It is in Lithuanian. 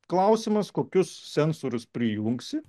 klausimas kokius sensorius prijungsi